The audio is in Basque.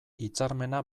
hitzarmena